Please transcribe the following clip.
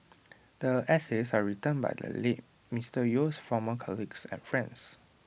the essays are written by the late Mister Yeo's former colleagues and friends